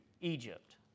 Egypt